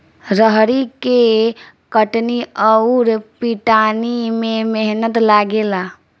रहरी के कटनी अउर पिटानी में मेहनत लागेला